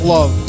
Love